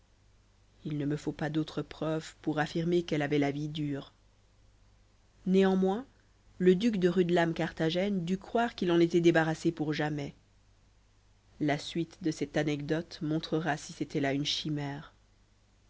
il ne me faut pas d'autres preuves pour affirmer qu'elle avait la vie dure néanmoins le duc de rudelame carthagène dut croire qu'il en était débarrassé pour jamais la suite de cette anecdote montrera si c'était là une chimère